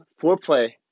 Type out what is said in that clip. foreplay